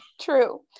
True